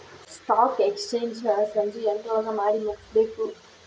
stock exchange ನ ಸಂಜಿ ಎಂಟ್ರೊಳಗಮಾಡಿಮುಗ್ಸ್ಬೇಕು